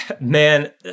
man